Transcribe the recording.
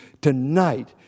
tonight